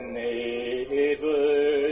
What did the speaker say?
neighbors